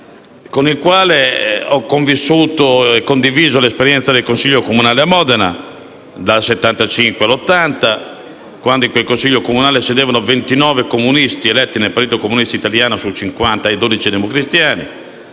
convissuto e condiviso l'esperienza del Consiglio comunale a Modena, dal 1975 al 1980, quando in quel Consiglio comunale sedevano ventinove comunisti eletti nel Partito Comunista Italiano e dodici democristiani